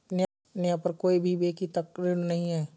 नेहा पर कोई भी व्यक्तिक ऋण नहीं है